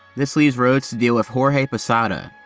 this leaves rhodes to deal with jorge posada.